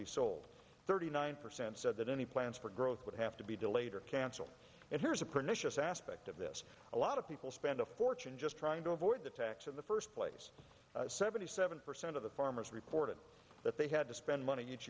be sold thirty nine percent said that any plans for growth would have to be delayed or canceled and here's a pernicious aspect of this a lot of people spend a fortune just trying to avoid the tax in the first place seventy seven percent of the farmers reported that they had to spend money each